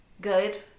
good